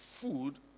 food